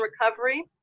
recovery